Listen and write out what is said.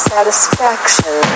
Satisfaction